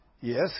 Yes